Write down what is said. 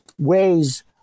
ways